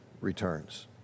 returns